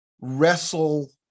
wrestle